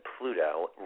Pluto